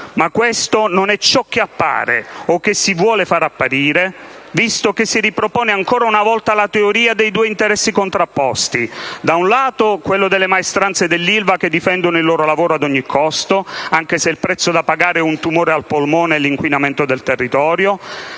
Ma questo non è ciò che appare o che si vuole far apparire, visto che si ripropone ancora una volta la teoria dei due interessi contrapposti: da un lato, quello delle maestranze dell'Ilva che difendono il loro lavoro ad ogni costo, anche se il prezzo da pagare è un tumore al polmone e l'inquinamento del territorio;